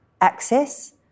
access